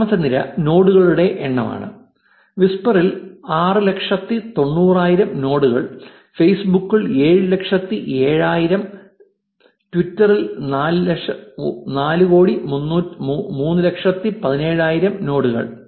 രണ്ടാമത്തെ നിര നോഡുകളുടെ എണ്ണമാണ് വിസ്പറിൽ 690000 നോഡുകൾ ഫേസ്ബുക്കിൽ 707000 ട്വിറ്ററിൽ 4317000 നോഡുകൾ